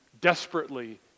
desperately